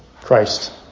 Christ